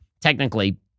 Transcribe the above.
technically